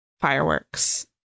fireworks